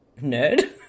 Nerd